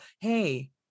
hey